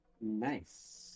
Nice